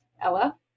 Ella